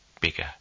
bigger